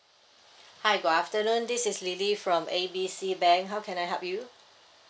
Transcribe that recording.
hi good afternoon this is lily from A B C bank how can I help you